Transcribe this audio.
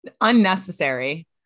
unnecessary